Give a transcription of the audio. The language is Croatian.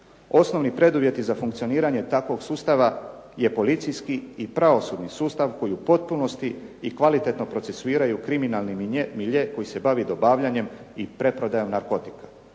osnovni preduvjeti za funkcioniranje takvog sustava je policijski i pravosudni sustav koji u potpunosti i kvalitetno procesuiraju kriminalni milje koji se bavi dobavljanjem i preprodajom narkotika